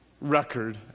record